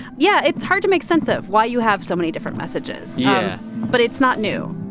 yeah, it's hard to make sense of why you have so many different messages yeah but it's not new